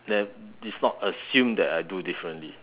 I that is not assumed that I do differently